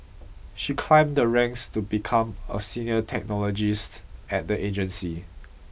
she climbed the ranks to become a senior technologist at the agency